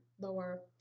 lower